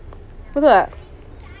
betul tak